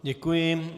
Děkuji.